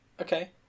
Okay